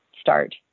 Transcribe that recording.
start